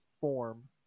form